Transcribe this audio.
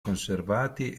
conservati